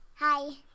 Hi